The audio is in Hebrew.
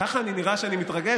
כך אני נראה כשאני מתרגש?